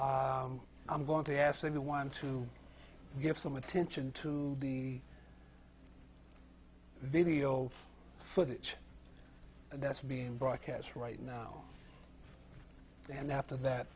bit i'm going to ask everyone to give some attention to the video footage that's being broadcast right now and after that